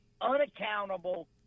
unaccountable